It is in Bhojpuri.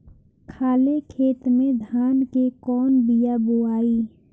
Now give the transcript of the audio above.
खाले खेत में धान के कौन बीया बोआई?